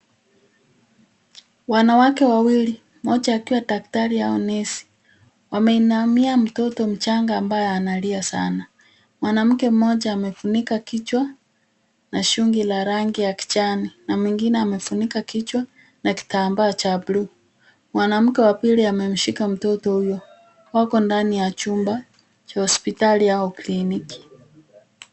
Wanawake wawili mmoja akiwa daktari au nesi . Wameinamia mtoto mchanga ambaye analia sana. Mwanamke mmoja amefunika kichwa na shungi la rangi ya kijani na mwingine amefunika kichwa na kitambaa cha bluu . Mwanamke wa pili amemshika mtoto huyo wako ndani ya chumba cha hospitali au kliniki.